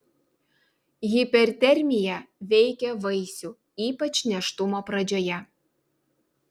hipertermija veikia vaisių ypač nėštumo pradžioje